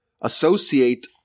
associate